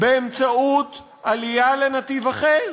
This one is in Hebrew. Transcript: באמצעות עלייה לנתיב אחר,